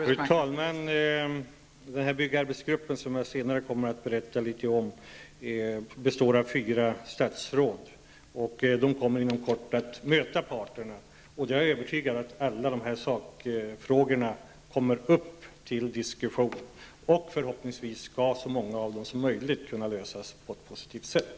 Fru talman! Den byggarbetsgrupp som jag senare kommer att berätta litet om består av fyra statsråd, och dessa kommer inom kort att möta parterna. Jag är övertygad om att alla dessa sakfrågor då kommer upp till diskussion, och förhoppningsvis skall så många som möjligt av dem kunna lösas på ett positivt sätt.